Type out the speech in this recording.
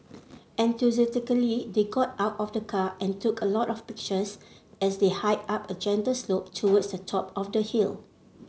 enthusiastically they got out of the car and took a lot of pictures as they hiked up a gentle slope towards the top of the hill